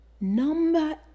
number